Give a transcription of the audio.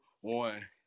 one